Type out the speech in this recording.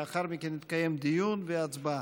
לאחר מכן יתקיים דיון ותתקיים הצבעה.